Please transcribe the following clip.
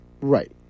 Right